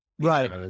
Right